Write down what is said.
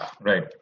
Right